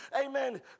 amen